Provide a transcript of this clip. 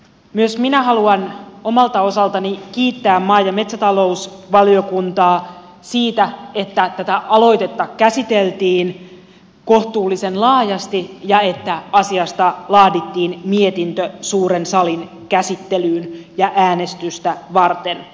myös minä haluan omalta osaltani kiittää maa ja metsätalousvaliokuntaa siitä että tätä aloitetta käsiteltiin kohtuullisen laajasti ja että asiasta laadittiin mietintö suuren salin käsittelyyn ja äänestystä varten